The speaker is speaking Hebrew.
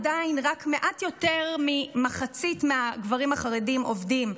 עדיין רק מעט יותר ממחצית הגברים החרדים עובדים,